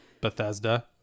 Bethesda